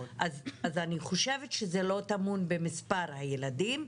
אז אני חושבת שזה לא טמון במספר הילדים,